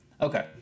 Okay